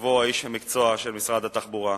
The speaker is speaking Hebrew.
יבוא איש המקצוע של משרד התחבורה.